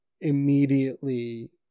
immediately